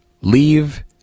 Leave